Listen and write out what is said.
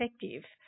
effective